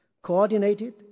coordinated